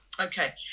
Okay